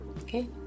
Okay